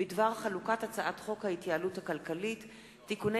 בדבר חלוקת הצעת חוק ההתייעלות הכלכלית (תיקוני